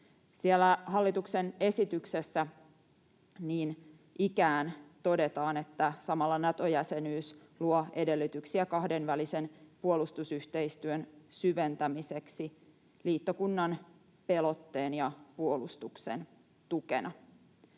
hallituksen esityksessä niin ikään todetaan: ”Samalla Nato-jäsenyys luo edellytyksiä kahdenvälisen puolustusyhteistyön syventämiseksi liittokunnan pelotteen ja puolustuksen tukena.”